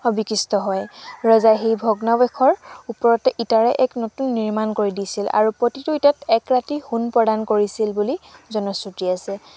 অৱশিষ্ট হয় ৰজাই সেই ভগ্নাৱশেষৰ ওপৰতে ইটাৰে এক নতুন নিৰ্মাণ কৰি দিছিল আৰু প্ৰতিটো ইটাত এক ৰাতি সোণ প্ৰদান কৰিছিল বুলি জনশ্ৰুতি আছে